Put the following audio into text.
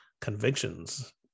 convictions